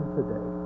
today